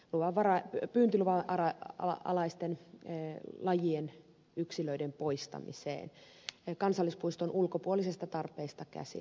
olla kansallis ja luonnonpuistoissa pyyntiluvan alaisten lajien yksilöiden poistamiseen kansallispuiston ulkopuolisesta tarpeesta käsin